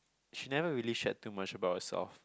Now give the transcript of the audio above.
she never really shared too much about herself